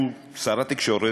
שהוא שר התקשורת,